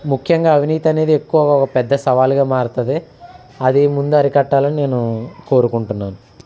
ముఖ్యంగా అవినీతి అనేది ఎక్కువగా ఒక పెద్ద సవాల్గా మారుతుంది అది ముందు అరికట్టాలని నేను కోరుకుంటున్నాను